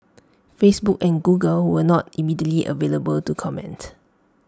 Facebook and Google were not immediately available to comment